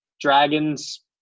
Dragons